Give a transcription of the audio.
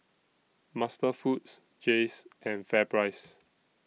MasterFoods Jays and FairPrice